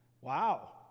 Wow